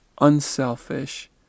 unselfish